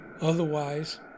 Otherwise